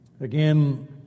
Again